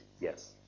Yes